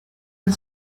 and